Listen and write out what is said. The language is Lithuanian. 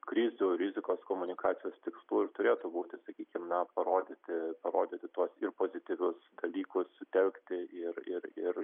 krizių rizikos komunikacijos tikslų ir turėtų būti sakykim na parodyti parodyti tuos ir pozityvius dalykus sutelkti ir ir ir